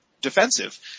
defensive